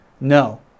No